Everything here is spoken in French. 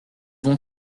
vont